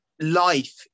Life